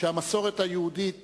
שהמסורת היהודית